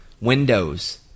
windows